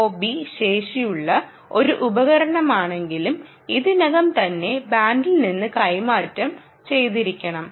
OOB ശേഷിയുള്ള ഒരു ഉപകരണമെങ്കിലും ഇതിനകം തന്നെ ബാൻഡിൽ നിന്ന് കൈമാറ്റം ചെയ്തിരിക്കണം